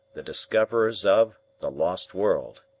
the discoverers of the lost world